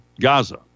Gaza